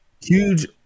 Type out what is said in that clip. huge